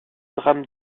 drame